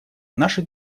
наша